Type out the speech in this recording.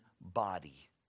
body